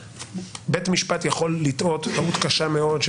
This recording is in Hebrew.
בית משפט יכול לטעות טעות קשה מאוד,